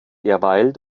derweil